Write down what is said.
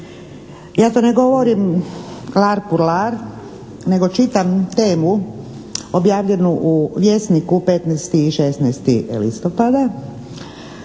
ja to ne govorim "lar puer lar" nego čitam temu objavljenu u "Vjesniku" 15. i 16. listopada